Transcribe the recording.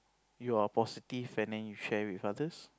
you're positive and then you share with others